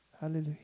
hallelujah